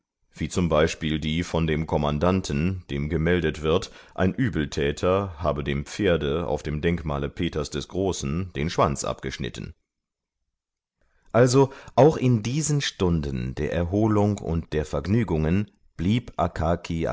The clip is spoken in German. wie zum beispiel die von dem kommandanten dem gemeldet wird ein übeltäter habe dem pferde auf dem denkmale peters des großen den schwanz abgeschnitten also auch in diesen stunden der erholung und der vergnügungen blieb